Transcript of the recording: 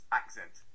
accent